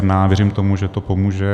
Já věřím tomu, že to pomůže.